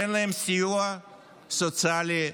אין להם סיוע סוציאלי מהמדינה.